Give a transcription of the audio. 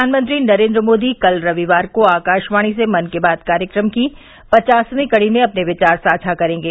प्रधानमंत्री नरेन्द्र मोदी कल रविवार को आकाशवाणी से मन की बात कार्यक्रम की पचासवीं कड़ी में अपने विचार साझा करेंगे